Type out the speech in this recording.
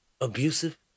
abusive